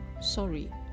Sorry